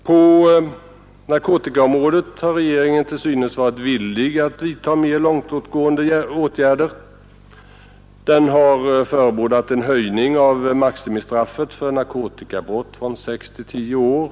På narkotikaområdet har regeringen till synes varit villig att vidta mer långtgående åtgärder. Den har förebådat en höjning av maximistraffet för ett narkotikabrott från sex till tio år.